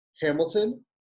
Hamilton